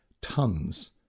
tons